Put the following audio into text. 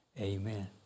amen